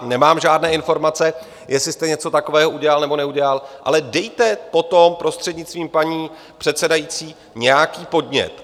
Nemám žádné informace, jestli jste něco takového udělal nebo neudělal, ale dejte potom, prostřednictvím paní předsedající, nějaký podnět.